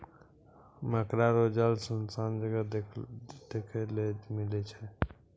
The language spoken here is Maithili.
मकड़ा रो जाल सुनसान जगह देखै ले मिलै छै